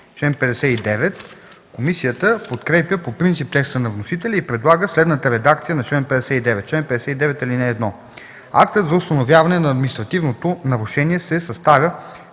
Комисията подкрепя по принцип текста на вносителя и предлага следната редакция на чл. 59: „Чл. 59. (1) Актът за установяване на административното нарушение се съставя